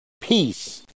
peace